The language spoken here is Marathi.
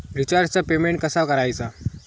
रिचार्जचा पेमेंट कसा करायचा?